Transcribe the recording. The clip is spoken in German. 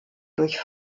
durch